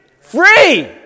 Free